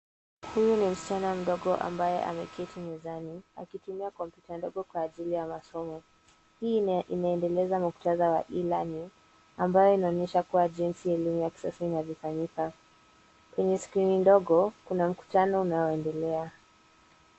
Huyu ni msichana mdogo ambaye ameketi mezani akitumia kompyuta ndogo kwa ajili ya masomo. Hii inaendeleza muktadha wa e-learning ambayo inaonyesha kuwa jinsi elimu ya kisasa inavyofanyika. Kwenye skrini ndogo, kuna mkutano unaoendelea.